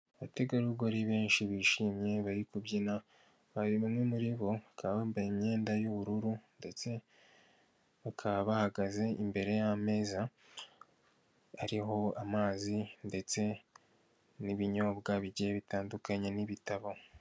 Abategarugori benshi bishimye bari kubyina bari bamwe muri bo bambaye imyenda yu'ubururu ndetse bakaba bahagaze imbere y'ameza ariho amazi ndetse n'ibinyobwa bitandukanye n'ibitabo.